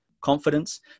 confidence